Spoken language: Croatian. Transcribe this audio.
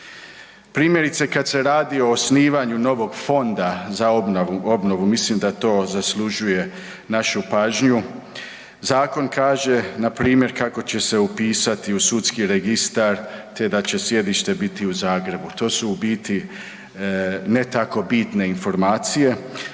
Primjerice kada se radi o novog fonda za obnovu, mislim da to zaslužuje našu pažnju. Zakon kaže npr. kako će se upisati u Sudski registar te da će sjedište biti u Zagrebu. To su u biti ne tako bitne informacije